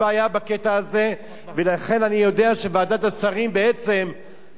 אני יודע שוועדת השרים בעצם באו ואמרו: מה זה תועבה?